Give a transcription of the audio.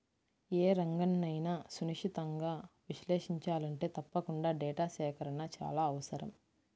ఏ రంగన్నైనా సునిశితంగా విశ్లేషించాలంటే తప్పకుండా డేటా సేకరణ చాలా అవసరం